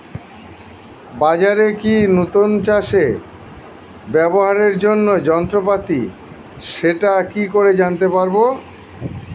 বাজারে কি নতুন চাষে ব্যবহারের জন্য যন্ত্রপাতি সেটা কি করে জানতে পারব?